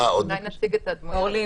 והתשובה שקיבלנו